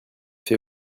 fait